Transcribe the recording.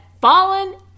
fallen